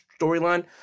storyline